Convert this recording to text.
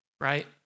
right